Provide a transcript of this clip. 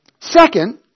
Second